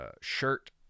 shirt